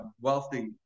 wealthy